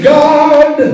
god